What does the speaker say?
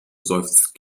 seufzt